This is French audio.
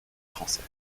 français